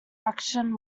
action